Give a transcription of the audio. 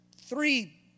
three